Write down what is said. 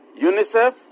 UNICEF